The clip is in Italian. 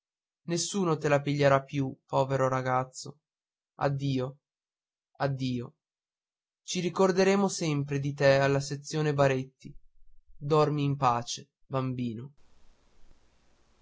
nessuno te la piglierà più povero ragazzo addio addio ci ricorderemo sempre di te alla sezione baretti dormi in pace bambino